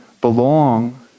belong